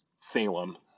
Salem